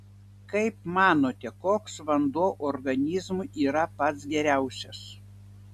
kaip manote koks vanduo organizmui yra pats geriausias